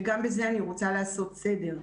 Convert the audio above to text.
וגם בזה אני רוצה לעשות סדר.